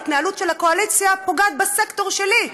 ההתנהלות של הקואליציה פוגעת בסקטור שלי,